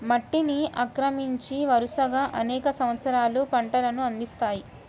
మట్టిని ఆక్రమించి, వరుసగా అనేక సంవత్సరాలు పంటలను అందిస్తాయి